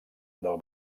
del